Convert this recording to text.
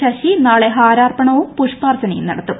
ശശി നാളെ ഹാരാർപ്പണവും പുഷ്പാർച്ചനയും നടത്തും